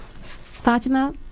Fatima